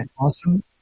Awesome